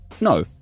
No